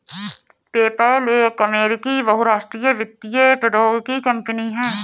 PayPal एक अमेरिकी बहुराष्ट्रीय वित्तीय प्रौद्योगिकी कंपनी है